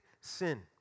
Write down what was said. sin